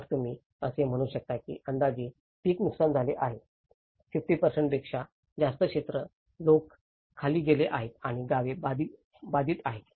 तर तुम्ही असे म्हणू शकता की अंदाजे पीक नुकसान झाले आहे 50० पेक्षा जास्त क्षेत्र लोक खाली गेले आहेत आणि गावे बाधित आहेत